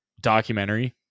documentary